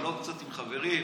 לבלות קצת עם חברים.